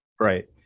right